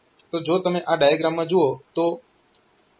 તો જો તમે આ ડાયાગ્રામમાં જુઓ તો P3